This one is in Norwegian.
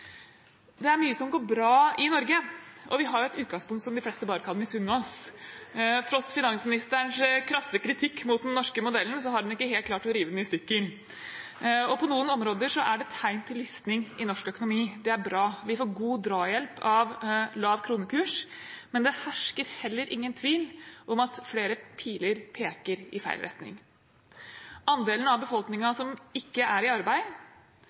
Det er mye som går bra i Norge, og vi har et utgangspunkt som de fleste bare kan misunne oss. Tross finansministerens krasse kritikk mot den norske modellen har hun ikke helt klart å rive den i stykker, og på noen områder er det tegn til lysning i norsk økonomi. Det er bra. Vi får god drahjelp av lav kronekurs, men det hersker heller ingen tvil om at flere piler peker i feil retning. Andelen av befolkningen som ikke er i arbeid,